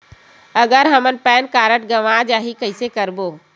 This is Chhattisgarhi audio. अगर हमर पैन कारड गवां जाही कइसे करबो?